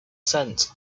cent